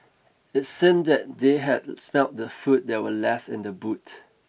it seemed that they had smelt the food that were left in the boot